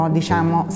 diciamo